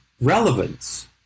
Relevance